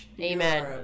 amen